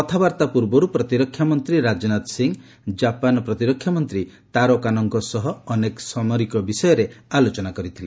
କଥାବାର୍ତ୍ତା ପୂର୍ବରୁ ପ୍ରତିରକ୍ଷା ମନ୍ତ୍ରୀ ରାଜନାଥ ସିଂହ ଜାପାନ୍ ପ୍ରତିରକ୍ଷା ମନ୍ତ୍ରୀ ତାରୋ କାନୋଙ୍କ ସହ ଅନେକ ସାମରିକ ବିଷୟରେ ଆଲୋଚନା କରିଥିଲେ